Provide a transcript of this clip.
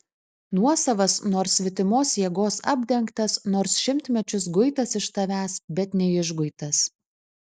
nuosavas nors svetimos jėgos apdengtas nors šimtmečius guitas iš tavęs bet neišguitas